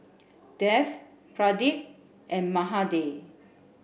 Dev Pradip and Mahade